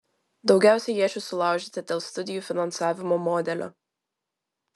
daugiausiai iečių sulaužyta dėl studijų finansavimo modelio